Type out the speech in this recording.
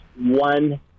one